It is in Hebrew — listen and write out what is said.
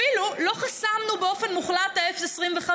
אפילו לא חסמנו באופן מוחלט את ה-0.25,